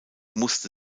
musste